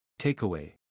Takeaway